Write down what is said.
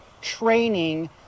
training